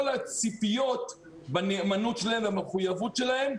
הציפיות בנאמנות שלהם ובמחויבות שלהם,